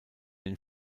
den